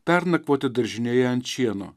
pernakvoti daržinėje ant šieno